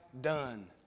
done